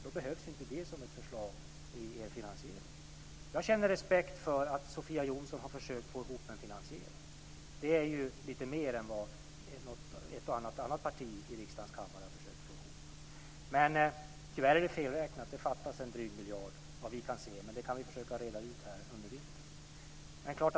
Då behövs inte det som ett förslag i er finansiering. Jag känner respekt för att Sofia Jonsson har försökt att få ihop en finansiering. Det är lite mer än ett och annat parti i övrigt i riksdagens kammare har försökt att få ihop. Men tyvärr är det felräknat. Det fattas en dryg miljard, såvitt vi kan se. Men det kan vi försöka reda ut under vintern.